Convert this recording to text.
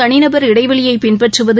தனிநபர் இடைவெளியை பின்பற்றுவது